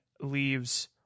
leaves